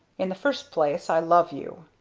in the first place i love you.